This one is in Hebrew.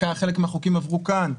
חלק מן החוקים עברו כאן,